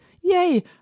Yay